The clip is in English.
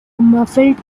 muffled